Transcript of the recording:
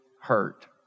hurt